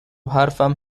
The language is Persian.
حرفم